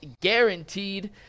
guaranteed